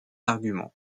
arguments